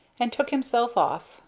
and took himself off,